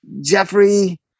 jeffrey